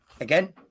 again